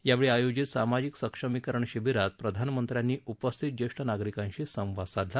यावेळी आयोजित सामाजिक सक्षमीकरण शिबीरात प्रधानमंत्र्यांनी उपस्थित ज्येष्ठ नागरिकांशी संवाद साधला